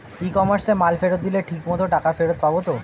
ই কমার্সে মাল ফেরত দিলে ঠিক মতো টাকা ফেরত পাব তো?